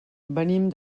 venim